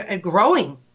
growing